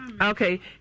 okay